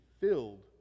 filled